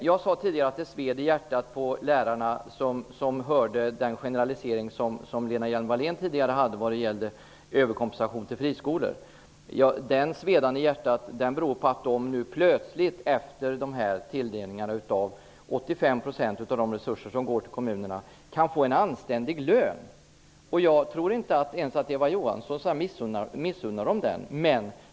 Jag sade tidigare att det sved i hjärtat på de lärare som hörde Lena Hjelm-Walléns generalisering vad gäller överkompensation till friskolor. Den svedan beror på att de plötsligt, efter tilldelningen av 85 % av de resurser som går till kommunerna, kan få en anständig lön. Jag tror inte ens att Eva Johansson missunnar dem den.